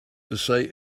say